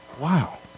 wow